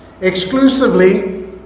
exclusively